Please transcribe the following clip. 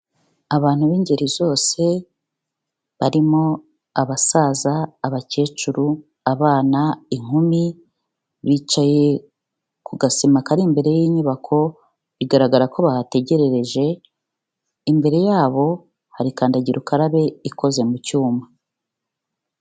Abantu b'ingeri zose barimo abasaza, abakecuru, abana, inkumi bicaye ku gasima kari imbere y'inyubako, bigaragara ko bahategerereje, imbere yabo hari kandagira ukarabe ikoze mu cyuma.